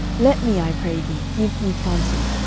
let me, i pray thee, give thee counsel,